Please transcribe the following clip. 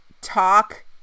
talk